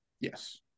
Yes